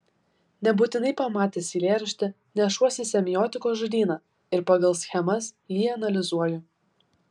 nebūtinai pamatęs eilėraštį nešuosi semiotikos žodyną ir pagal schemas jį analizuoju